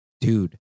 dude